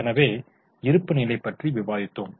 எனவே இருப்பு நிலை பற்றி விவாதித்தோம்